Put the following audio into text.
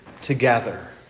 together